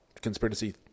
conspiracy